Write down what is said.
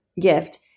gift